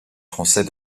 français